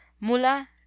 Mula